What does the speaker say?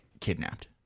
kidnapped